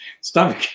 stomach